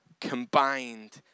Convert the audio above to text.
combined